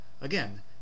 Again